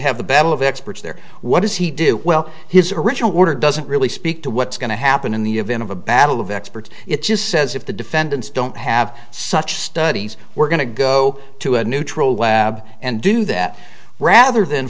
have the battle of experts there what does he do well his original order doesn't really speak to what's going to happen in the event of a battle of experts it just says if the defendants don't have such studies we're going to go to a neutral lab and do that rather than